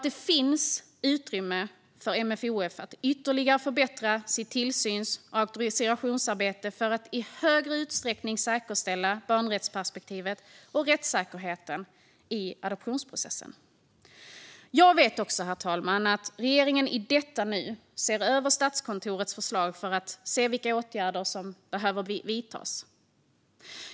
Det finns också utrymme för MFoF att ytterligare förbättra sitt tillsyns och auktorisationsarbete för att i större utsträckning säkerställa barnrättsperspektivet och rättssäkerheten i adoptionsprocessen. Herr talman! Jag vet att regeringen i detta nu ser över Statskontorets förslag för att se vilka åtgärder som behöver vidtas.